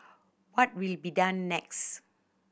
what will be done next